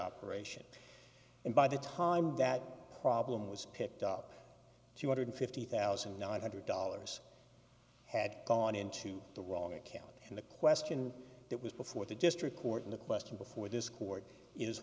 operation and by the time that problem was picked up two hundred fifty thousand nine hundred dollars had gone into the wrong account and the question that was before the district court in the question before this court is